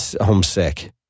homesick